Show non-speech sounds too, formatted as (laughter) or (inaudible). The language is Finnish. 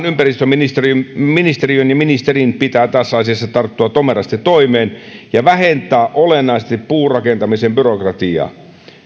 (unintelligible) ympäristöministeriön ja ministerin pitää tässä asiassa tarttua tomerasti toimeen ja vähentää olennaisesti puurakentamisen byrokratiaa